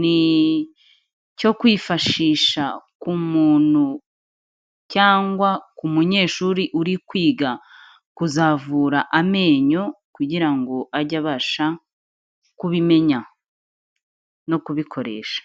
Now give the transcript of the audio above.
ni icyo kwifashisha ku muntu cyangwa ku munyeshuri uri kwiga kuzavura amenyo kugira ngo ajye abasha kubimenya no kubikoresha.